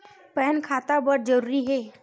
Pan खाता बर जरूरी हे?